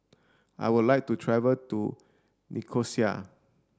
I would like to travel to Nicosia